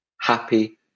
happy